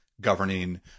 governing